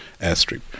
airstrip